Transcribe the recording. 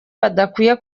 badakwiye